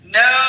no